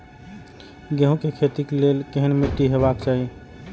गेहूं के खेतीक लेल केहन मीट्टी हेबाक चाही?